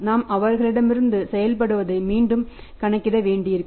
நாம் அவரிடமிருந்து செயல்படுவதை மீண்டும் கணக்கிட வேண்டியிருக்கும்